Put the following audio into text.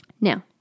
Now